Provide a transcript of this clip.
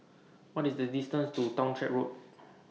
What IS The distance to Townshend Road